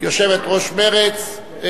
יושבת-ראש מרצ.